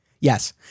Yes